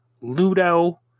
Ludo